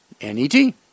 N-E-T